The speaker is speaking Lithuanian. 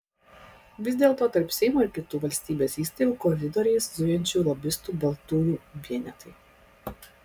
vis dėlto tarp seimo ir kitų valstybės įstaigų koridoriais zujančių lobistų baltųjų vienetai